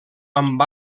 amb